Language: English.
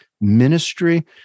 ministry